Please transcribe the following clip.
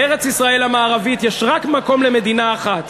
בארץ-ישראל המערבית יש רק מקום למדינה אחת